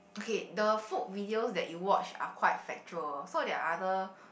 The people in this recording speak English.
okay the food videos that you watch are quite factual so there are other